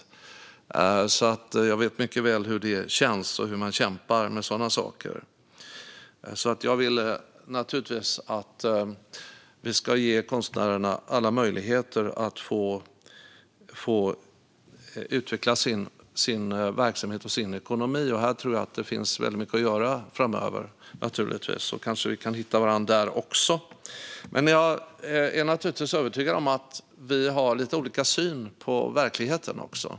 Jag vet alltså mycket väl hur det känns och hur man kämpar med sådana saker. Jag vill naturligtvis att vi ska ge konstnärerna alla möjligheter att utveckla sin verksamhet och sin ekonomi, och här tror jag att det finns väldigt mycket att göra framöver. Kanske kan Vasiliki Tsouplaki och jag hitta varandra där också. Jag är dock övertygad om att vi har lite olika syn på verkligheten.